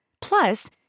Plus